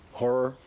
horror